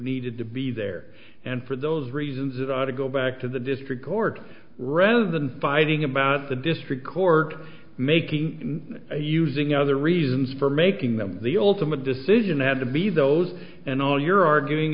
need to be there and for those reasons it ought to go back to the district court rather than fighting about the district court making using other reasons for making them the ultimate decision had to be those and all you're arguing